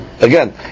Again